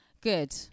Good